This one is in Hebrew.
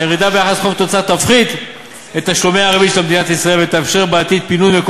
הירידה ביחס חוב תוצר תפחית את תשלומי הריבית של מדינת ישראל